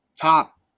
top